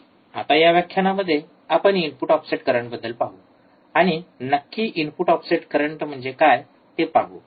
आता या व्याख्यानामध्ये आपण इनपुट ऑफसेट करंटबद्दल पाहू आणि नक्की इनपुट ऑफसेट करंट म्हणजे काय ते पाहू